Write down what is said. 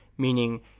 meaning